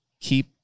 keep